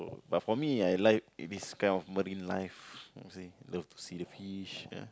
but for me I like this kind of marine life how to say love to see the fish ah